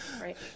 right